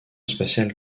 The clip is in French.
spatial